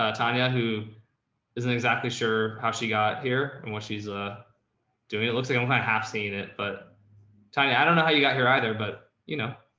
ah tanya, who isn't exactly sure how she got here and what she's, ah doing. it looks like i'm going to have seen it, but tiny, i don't know how you got here either, but, you know,